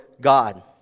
God